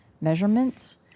measurements